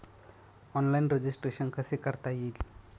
Online registration कसे करता येईल?